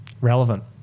relevant